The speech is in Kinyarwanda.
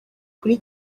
kuri